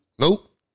Nope